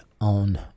on